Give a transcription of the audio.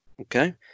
Okay